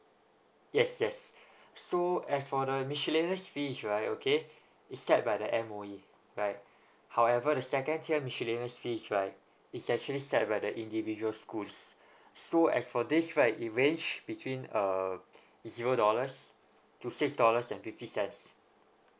yes yes so as for the miscellaneous fees right okay is set by the M_O_E right however the second tier miscellaneous fees right it's actually set rather individual schools so as for this right it range between uh zero dollars to six dollars and fifty cents